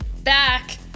back